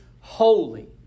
holy